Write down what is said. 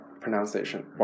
pronunciation